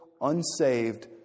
unsaved